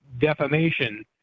defamation